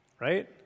right